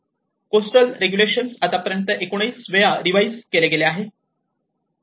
coastal regulation आतापर्यंत 19 वेळा revise केले गेले आहे